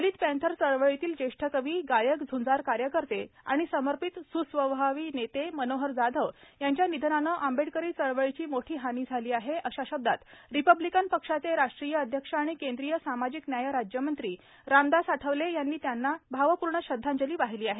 दलित Panther चळवळीतील ज्येष्ठ कवी गायक झूंजार कार्यकर्ते आणि समर्पित सुस्वभावी नेते मनोहर जाधव यांच्या निधनानं आंबेडकरी चळवळीची मोठी हानी झाली आहे अशा शब्दांत रिपब्लिकन पक्षाचे राष्ट्रीय अध्यक्ष आणि केंद्रीय सामाजिक न्याय राज्यमंत्री रामदास आठवले यांनी दिवंगत मनोहर जाधव यांना भावपूर्ण श्रद्धांजली वाहिली आहे